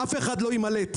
אף אחד לא יימלט.